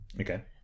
Okay